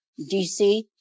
DC